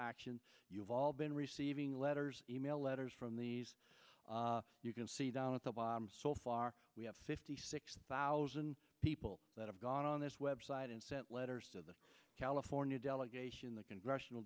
action you've all been receiving letters e mail letters from these you can see down at the bottom so far we have fifty six thousand people that have gone on this web site and sent letters to the california delegation the congressional